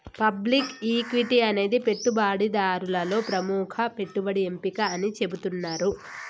public equity అనేది పెట్టుబడిదారులలో ప్రముఖ పెట్టుబడి ఎంపిక అని చెబుతున్నరు